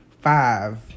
Five